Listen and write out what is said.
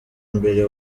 mbere